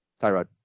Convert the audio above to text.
Tyrod